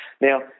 Now